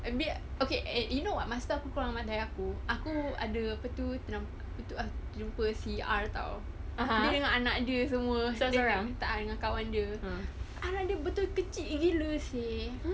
a bit okay you know what masa aku keluar dengan mata air aku aku ada apa tu ternampak apa tu terjumpa si R [tau] dia dengan anak dia semua tak ah dengan kawan dia anak dia betul kecil gila seh